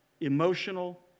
emotional